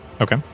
Okay